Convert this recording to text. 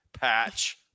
patch